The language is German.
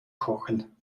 kochen